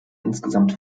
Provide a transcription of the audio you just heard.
insgesamt